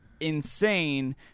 Insane